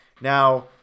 Now